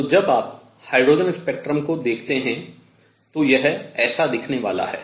तो जब आप हाइड्रोजन स्पेक्ट्रम को देखते हैं तो यह ऐसा दिखने वाला है